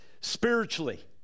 spiritually